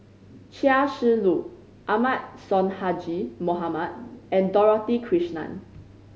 Chia Shi Lu Ahmad Sonhadji Mohamad and Dorothy Krishnan